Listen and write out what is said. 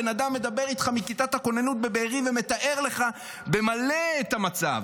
בן אדם מדבר איתך מכיתת הכוננות בבארי ומתאר לך במלא את המצב.